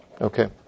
Okay